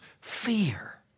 fear